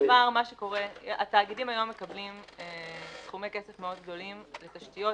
היום התאגידים מקבלים סכומי כסף מאוד גדולים לתשתיות,